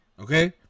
okay